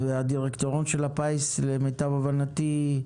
למיטב הבנתי,